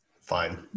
Fine